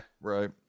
right